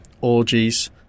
orgies